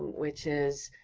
which is